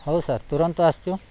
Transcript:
ହଉ ସାର୍ ତୁରନ୍ତୁ ଆସୁଛୁ